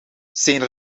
zijn